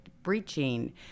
breaching